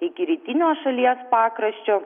iki rytinio šalies pakraščio